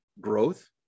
growth